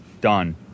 Done